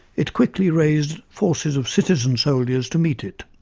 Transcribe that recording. it quickly raised forces of citizen-soldiers to meet it.